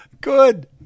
Good